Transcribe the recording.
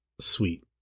sweet